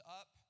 up